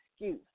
excuse